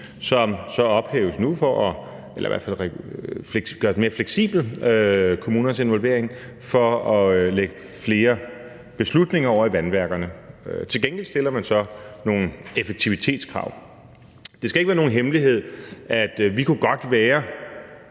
som så ophæves nu, eller i hvert fald gøres kommunernes involvering mere fleksibel, for at lægge flere beslutninger over til vandværkerne. Til gengæld stiller man så nogle effektivitetskrav. Det skal ikke være nogen hemmelighed, at vi godt kunne